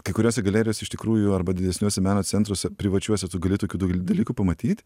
kai kuriose galerijose iš tikrųjų arba didesniuose meno centruose privačiuose tu gali tokių dalykų pamatyt